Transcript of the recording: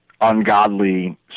ungodly